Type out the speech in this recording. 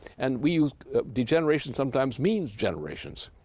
and we used degeneration sometimes means generations.